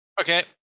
Okay